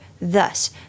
Thus